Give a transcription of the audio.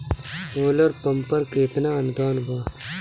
Solar pump पर केतना अनुदान बा?